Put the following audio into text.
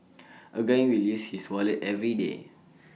A guy will use his wallet everyday